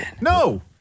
No